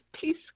peace